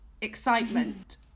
excitement